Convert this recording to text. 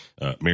Mayor